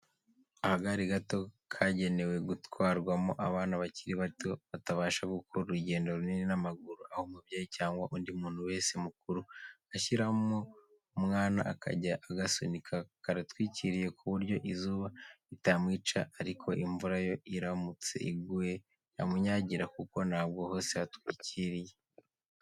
Akagare gato kagenewe gutwarwamo abana bakiri bato, batabasha gukora urugendo runini n'amaguru aho umubyeyi cyangwa undi muntu wese mukuru ashyiramo umwana akajya agasunika. Karatwikiriye ku buryo izuba ritamwica ariko imvura yo iramutse iguye yamunyagira kuko ntabwo hose hatwikiriye.